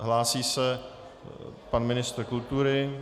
Hlásí se pan ministr kultury.